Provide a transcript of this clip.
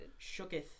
Shooketh